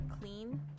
clean